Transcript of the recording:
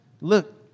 Look